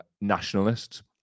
nationalists